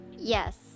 yes